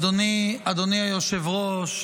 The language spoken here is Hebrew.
אדוני היושב-ראש,